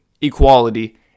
equality